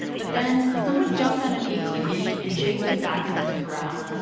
but then someone jumped on an atv and chased it back into the corral,